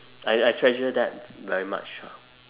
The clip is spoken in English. I I treasure that very much ah